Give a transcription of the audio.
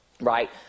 right